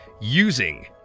using